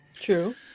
true